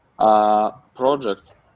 Projects